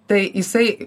tai jisai